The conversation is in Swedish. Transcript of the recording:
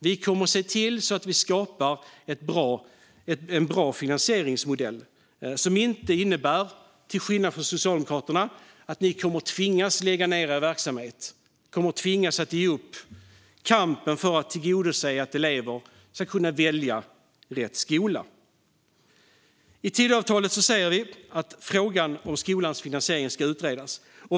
Vi kommer att se till att vi skapar en bra finansieringsmodell som inte innebär, till skillnad från Socialdemokraternas, att ni kommer att tvingas att lägga ned er verksamhet och ge upp kampen för att tillgodose elevers möjligheter att välja rätt skola. I Tidöavtalet säger vi att frågan om skolans finansiering ska utredas.